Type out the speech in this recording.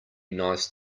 nice